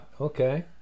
okay